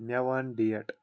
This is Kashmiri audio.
مےٚ ون ڈیٹ